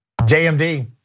JMD